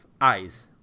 eyes